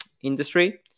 industry